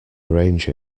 arrange